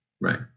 Right